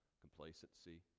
complacency